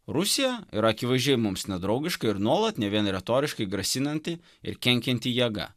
rusija yra akivaizdžiai mums nedraugiška ir nuolat ne vien retoriškai grasinanti ir kenkianti jėga